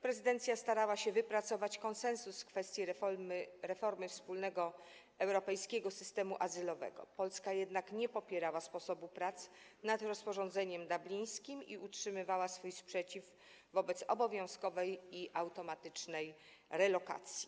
Prezydencja starała się wypracować konsensus w kwestii reformy wspólnego europejskiego systemu azylowego, jednak Polska nie popierała sposobu pracy nad rozporządzeniem dublińskim i utrzymywała swój sprzeciw wobec obowiązkowej i automatycznej relokacji.